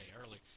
early